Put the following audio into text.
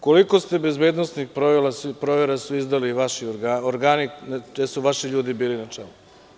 Koliko bezbednosnih provera su izdali vaši organi kada su vaši ljudi bili na čelu?